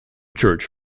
church